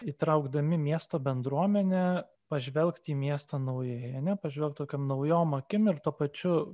įtraukdami miesto bendruomenę pažvelgt į miestą naujai ar ne pažvelk tokiom naujom akim ir tuo pačiu